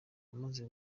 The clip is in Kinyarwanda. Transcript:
amaze